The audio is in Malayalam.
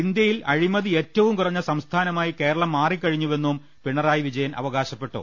ഇന്ത്യയിൽ അഴി മതി ഏറ്റവും കുറഞ്ഞ സംസ്ഥാനമായി കേരളം മാറിക്കഴിഞ്ഞു വെന്നും പിണറായി വിജയൻ അവകാശപ്പെട്ടു